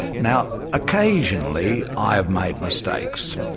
now occasionally, i have made mistakes.